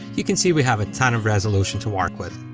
you can see we have a ton of resolution to work with.